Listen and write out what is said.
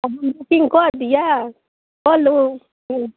आ बुकिङ्ग कऽ दियै कऽ लू हूँ